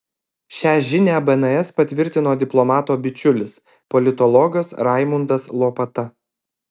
šią žinią bns patvirtino diplomato bičiulis politologas raimundas lopata